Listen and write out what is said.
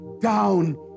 down